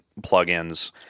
plugins